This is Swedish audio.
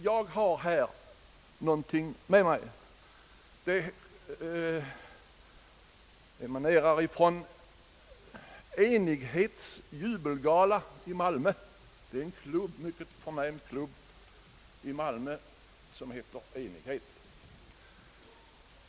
Jag har här ett exempel, som emanerar från »Enighets jubel-gala» i Malmö. En mycket förnämlig klubb i Malmö heter Enighet.